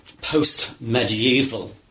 post-medieval